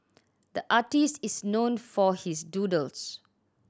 the artist is known for his doodles